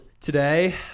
Today